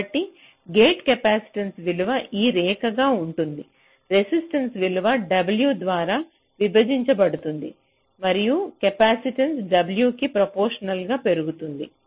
కాబట్టి gate capacitance విలువ ఈ రేఖగా ఉంటుంది రెసిస్టెన్స విలువ W ద్వారా విభజించబడుతుంది మరియు కెపాసిటెన్స W కీ ప్రపోషనల్ గా పెరుగుతుంది